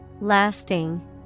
Lasting